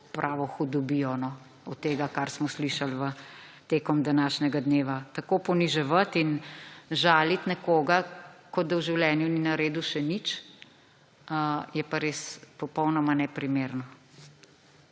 pravo hudobijo, od tega, kar smo slišali tekom današnjega dneva. Tako poniževati in žaliti nekoga, kot da v življenju ni naredil še nič, je pa res popolnoma neprimerno.